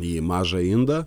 į mažą indą